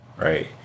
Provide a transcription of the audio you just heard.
right